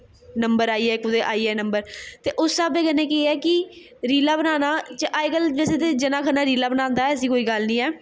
number आई जाए कुदै आई जाए नंबर ते उस स्हाबै कन्नै केह् ऐ कि रीलां बनाना अजकल्ल ते जना खना रीलां बनांदा ऐ ऐसी गल्ल निं ऐ